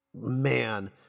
Man